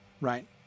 right